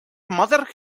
mother